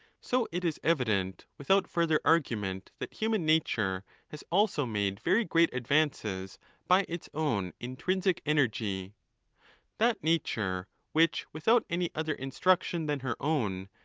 so it is evident, without further argument, that human nature has also made very great advances by its own intrinsic energy that nature, which without any other instruction than her own,